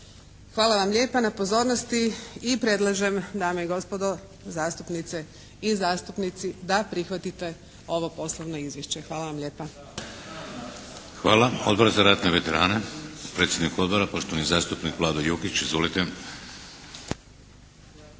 Hvala vam lijepa na pozornosti i predlažem dame i gospodo zastupnice i zastupnici da prihvatite ovo poslovno izvješće. Hvala vam lijepa. **Šeks, Vladimir (HDZ)** Hvala. Odbor za ratne veterane, predsjednik Odbora poštovani zastupnik Vlado Jukić. Izvolite.